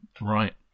right